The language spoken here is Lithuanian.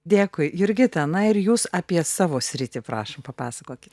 dėkui jurgita na ir jūs apie savo sritį prašom papasakokit